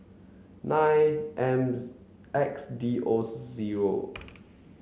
nine X D O zero